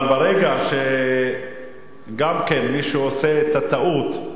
אבל ברגע שגם כן, מישהו עושה את הטעות,